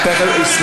מה התקנון מאפשר?